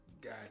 got